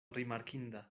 rimarkinda